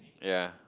ya